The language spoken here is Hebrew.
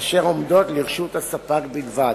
אשר עומדות לרשות הספק בלבד.